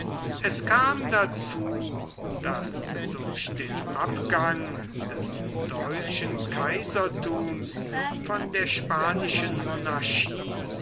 es kam dazu daß durch den abgang des deutschen kaisertums von der spanischen monarchie